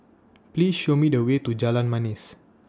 Please Show Me The Way to Jalan Manis